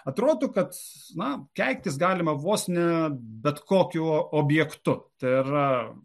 atrodo kad na keiktis galima vos ne bet kokiu objektu tai yra